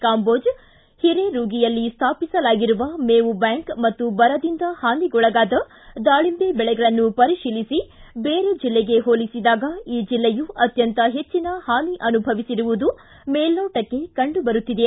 ಕಾಂಬೋಜ್ ಹಿರೇರೂಗಿಯಲ್ಲಿ ಸ್ವಾಪಿಸಲಾಗಿರುವ ಮೇವು ಬ್ಹಾಂಕ್ ಮತ್ತು ಬರದಿಂದ ಹಾನಿಗೊಳಗಾದ ದಾಳಿಂಬೆ ಬೆಳೆಗಳನ್ನು ಪರಿತೀಲಿಬ ಬೇರೆ ಜಿಲ್ಲೆಗೆ ಹೋಲಿಬದಾಗ ಈ ಜಿಲ್ಲೆಯು ಅತ್ಯಂತ ಹೆಚ್ಚಿನ ಹಾನಿ ಅನುಭವಿಸಿರುವುದು ಮೇಲ್ನೋಟಕ್ಕೆ ಕಂಡು ಬರುತ್ತಿದೆ